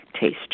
Taste